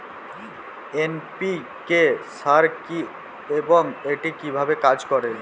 NPK সার কি এবং এটি কিভাবে কাজ করে?